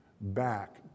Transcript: back